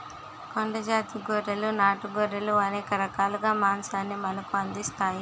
కొండ జాతి గొర్రెలు నాటు గొర్రెలు అనేక రకాలుగా మాంసాన్ని మనకు అందిస్తాయి